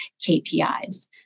KPIs